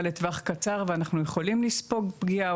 לטווח קצר ואנחנו יכולים לספוג פגיעה.